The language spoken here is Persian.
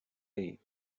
ایم